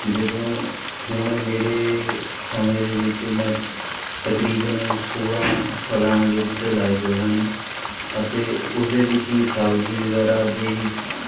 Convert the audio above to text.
ਜਦੋਂ ਹੁਣ ਮੇਰੇ ਸਮੇਂ ਦੇ ਵਿੱਚ ਮੈਂ ਤਕਰੀਬਨ ਸੋਲ੍ਹਾਂ ਫਲਾਂ ਦੇ ਬੂਟੇ ਲਗਾਏ ਹੋਏ ਹਨ ਅਤੇ ਉਸਦੇ ਵਿੱਚ ਹੀ ਸਬਜ਼ੀ ਵਗੈਰਾ ਜੋ ਵੀ